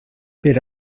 per